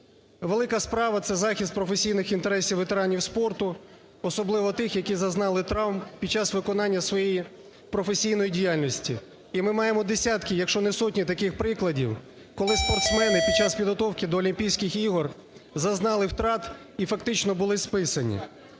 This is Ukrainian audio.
Велика справа – це захист професійних інтересів ветеранів спорту, особливо тих, які зазнали травм під час виконання своєї професійної діяльності. І ми маємо десятки, якщо не сотні таких прикладів, коли спортсмени під час підготовки до Олімпійських ігор зазнали втрат і фактично були списані.